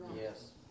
Yes